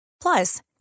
Plus